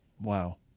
Wow